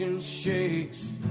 shakes